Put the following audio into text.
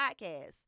podcast